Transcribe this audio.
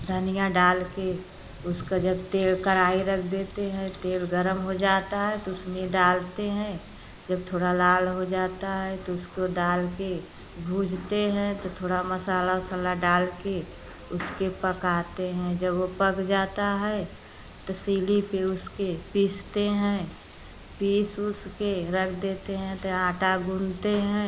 धनिया डाल के उसका जब तेल कराही रख देते हैं तेल गरम हो जाता है तो उसमें डालते हैं जब थोड़ा लाल हो जाता है तो उसको दाल के भूनते हैं तो थोड़ा मसाला ओसाला डाल के उसके पकाते हैं जब वो पक जाता है तो सीढ़ी पे उसके पीसते हैं पीस ऊस के रख देते हैं तो आटा गूथते हैं